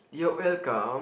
you're welcome